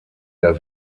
der